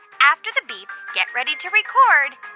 after the beep, get ready to record